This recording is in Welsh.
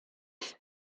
newydd